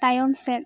ᱛᱟᱭᱚᱢ ᱥᱮᱫ